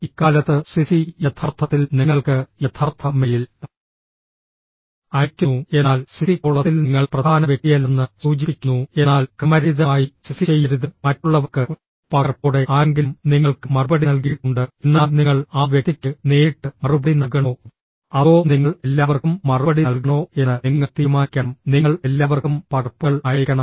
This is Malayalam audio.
ഇക്കാലത്ത് സിസി യഥാർത്ഥത്തിൽ നിങ്ങൾക്ക് യഥാർത്ഥ മെയിൽ അയയ്ക്കുന്നു എന്നാൽ സിസി കോളത്തിൽ നിങ്ങൾ പ്രധാന വ്യക്തിയല്ലെന്ന് സൂചിപ്പിക്കുന്നു എന്നാൽ ക്രമരഹിതമായി സിസി ചെയ്യരുത് മറ്റുള്ളവർക്ക് പകർപ്പോടെ ആരെങ്കിലും നിങ്ങൾക്ക് മറുപടി നൽകിയിട്ടുണ്ട് എന്നാൽ നിങ്ങൾ ആ വ്യക്തിക്ക് നേരിട്ട് മറുപടി നൽകണോ അതോ നിങ്ങൾ എല്ലാവർക്കും മറുപടി നൽകണോ എന്ന് നിങ്ങൾ തീരുമാനിക്കണം നിങ്ങൾ എല്ലാവർക്കും പകർപ്പുകൾ അയയ്ക്കണം